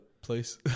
place